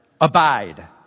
abide